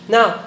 Now